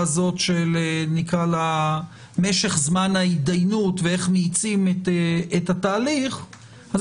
הזאת של משך זמן ההתדיינות ואיך מאיצים את התהליך הזה.